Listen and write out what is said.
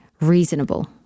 reasonable